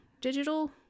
digital